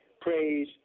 Praise